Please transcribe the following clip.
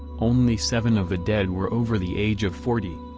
only seven of the dead were over the age of forty.